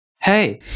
hey